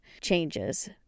changes